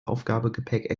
aufgabegepäck